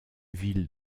ville